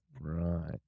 Right